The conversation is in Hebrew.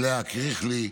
לאה קריכלי,